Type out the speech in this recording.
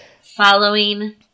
Following